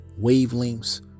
wavelengths